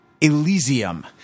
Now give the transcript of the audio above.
Elysium